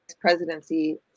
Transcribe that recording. presidency